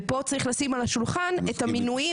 ופה צריך לשים על השולחן את המינויים